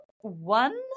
one